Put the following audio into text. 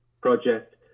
project